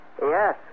Yes